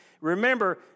Remember